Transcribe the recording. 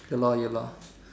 ya lor ya lor